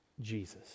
Jesus